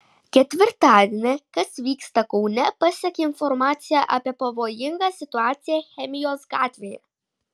ketvirtadienį kas vyksta kaune pasiekė informacija apie pavojingą situaciją chemijos gatvėje